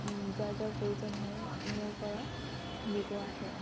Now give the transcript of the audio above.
যাৰ যাৰ প্ৰয়োজন হয় মোৰ পৰা নিব আহে